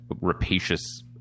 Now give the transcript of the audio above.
rapacious